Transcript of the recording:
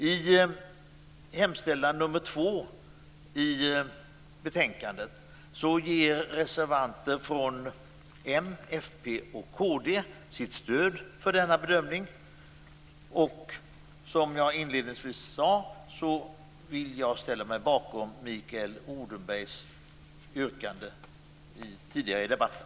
I hemställan under mom. 2 i betänkandet ger reservanter från m, fp och kd sitt stöd för denna bedömning. Som jag inledningsvis sade ställer jag mig bakom Mikael Odenbergs yrkande tidigare i debatten.